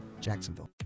Jacksonville